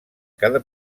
cada